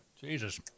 Jesus